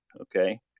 okay